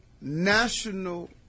national